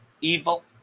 evil